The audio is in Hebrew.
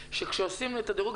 שכשעושים את הדירוג